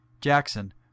Jackson